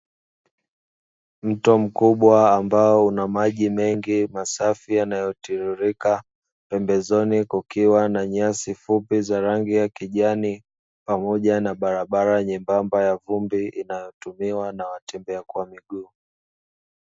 Mto mkubwa ambao una maji mengi masafi yanayotiririka. Pembezoni kukiwa na nyasi fupi za rangi ya kijani pamoja na barabara nyembamba ya vumbi inayotumiwa na watembea kwa miguu.